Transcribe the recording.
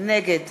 נגד